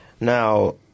Now